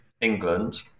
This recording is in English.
England